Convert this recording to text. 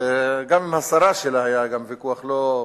וגם עם השרה שלה היה ויכוח לא פשוט.